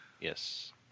Yes